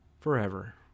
forever